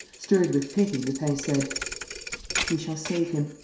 stirred with pity, lupin said we shall save him.